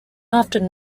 often